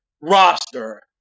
roster